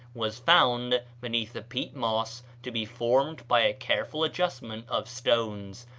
was found, beneath the peat moss, to be formed by a careful adjustment of stones,